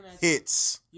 hits